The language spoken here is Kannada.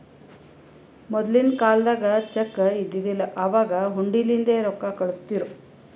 ಮೊದಲಿನ ಕಾಲ್ದಾಗ ಚೆಕ್ ಇದ್ದಿದಿಲ್ಲ, ಅವಾಗ್ ಹುಂಡಿಲಿಂದೇ ರೊಕ್ಕಾ ಕಳುಸ್ತಿರು